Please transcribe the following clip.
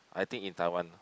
I think in Taiwan